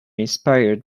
inspired